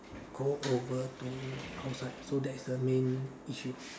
go over to outside so that's the main issue